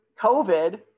COVID